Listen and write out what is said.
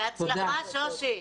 בהצלחה, שושי.